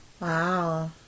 Wow